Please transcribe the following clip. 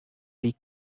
sie